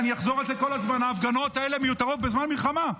ואני אחזור על זה כל הזמן: ההפגנות האלה מיותרות בזמן מלחמה.